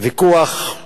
ויכוח